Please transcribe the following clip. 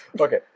Okay